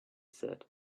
said